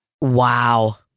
Wow